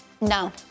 No